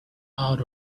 out